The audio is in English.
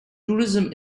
tourism